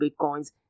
bitcoins